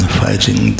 fighting